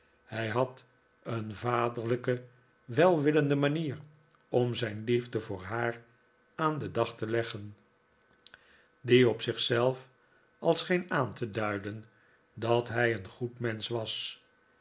hij had een vaderlijke welwillende manier om zijn liefde voor haar aan den dag te leggen die op zich zelf al scheen aan te duiden dat hij een goed mensch was